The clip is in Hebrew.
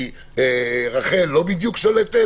כי רח"ל לא בדיוק שולטת,